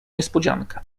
niespodziankę